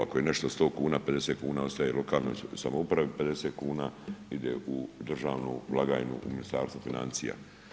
Ako je nešto 100 kn, 50 kn ostaje lokalnoj samoupravi, 50 kn ide u državnu blagajnu Ministarstva financija.